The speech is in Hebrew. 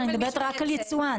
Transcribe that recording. אני מדברת רק על יצואן.